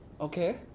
Okay